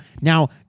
Now